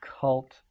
cult